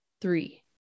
Three